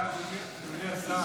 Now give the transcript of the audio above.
אדוני השר,